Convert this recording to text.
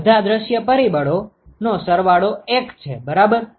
બધા દૃશ્ય પરિબળો નો સરવાળો 1 છે બરાબર